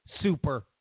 super